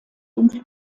dunkle